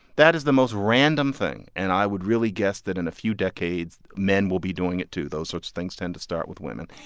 that is the most random thing. and i would really guess that in a few decades men will be doing it, too. those sorts things tend to start with women.